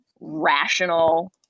rational